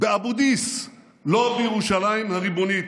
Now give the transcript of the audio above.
באבו דיס, לא בירושלים הריבונית.